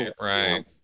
right